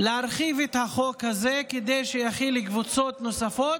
להרחיב את החוק הזה כדי שיכיל קבוצות נוספות,